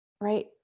right